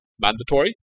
mandatory